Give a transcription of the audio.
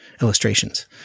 illustrations